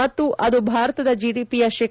ಮತ್ತು ಅದು ಭಾರತದ ಜಿಡಿಪಿಯ ಶೇ